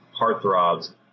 heartthrobs